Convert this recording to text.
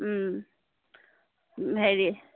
হেৰি